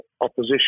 opposition